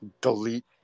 delete